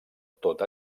tot